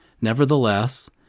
Nevertheless